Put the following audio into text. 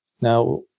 Now